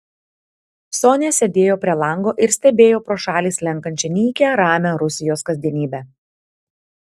sonia sėdėjo prie lango ir stebėjo pro šalį slenkančią nykią ramią rusijos kasdienybę